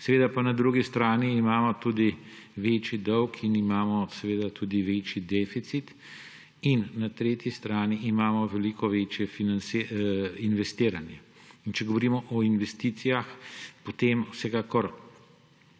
članicami. Na drugi strani pa imamo tudi večji dolg in imamo seveda tudi večji deficit. In na tretji strani imamo veliko večje investiranje. In če govorimo o investicijah, potem vsekakor